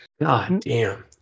Goddamn